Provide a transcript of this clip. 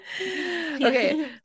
Okay